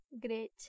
Great